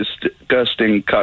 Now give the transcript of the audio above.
disgusting